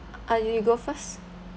uh you you go first